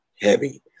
heavy